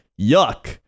Yuck